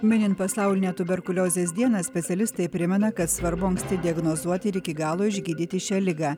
minint pasaulinę tuberkuliozės dieną specialistai primena kad svarbu anksti diagnozuoti ir iki galo išgydyti šią ligą